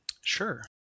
Sure